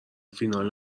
فینال